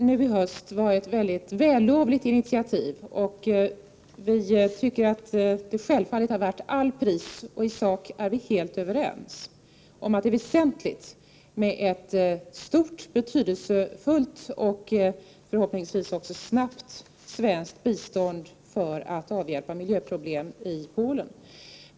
Herr talman! Centerns motion i höst var ett vällovligt initiativ. Vi tycker att det självfallet är värt allt pris, och i sak är vi överens om att det är väsent ligt med ett stort, betydelsefullt och förhoppningsvis snabbt svenskt bistånd Prot. 1989/90:45 för att avhjälpa miljöproblemen i Polen.